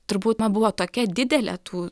turbūt na buvo tokia didelė tų